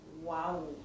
Wow